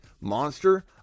monster